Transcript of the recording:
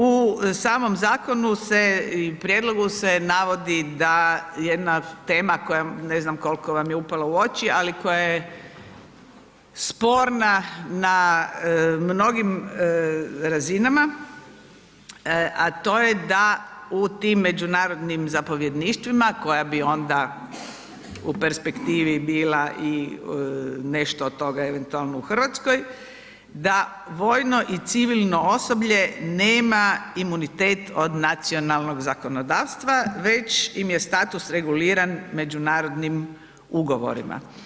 U samom zakonu se, i prijedlogu se navodi da jedna tema koja ne znam koliko vam je upala u oči, ali koja je sporna na mnogim razinama, a to je da u tim međunarodnim zapovjedništvima koja bi onda u perspektivi bila i nešto od toga eventualno u Hrvatskoj, da vojno i civilno osoblje nema imunitet od nacionalnog zakonodavstva, već im je status reguliran međunarodnim ugovorima.